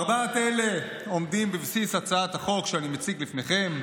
ארבעת אלה עומדים בבסיס הצעת החוק שאני מציג בפניכם.